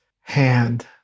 hand